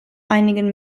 einigen